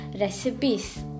recipes